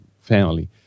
family